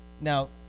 Now